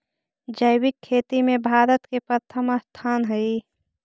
जैविक खेती में भारत के प्रथम स्थान हई